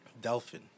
Delphin